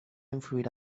influir